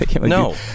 no